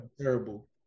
terrible